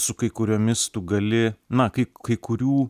su kai kuriomis tu gali na kai kai kurių